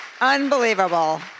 unbelievable